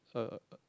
uh uh uh